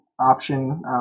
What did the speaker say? option